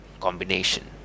combination